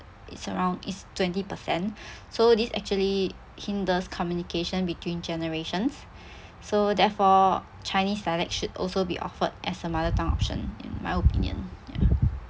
it's around it's twenty percent so this actually hinders communication between generations so therefore chinese dialect should also be offered as a mother tongue option in my opinion ya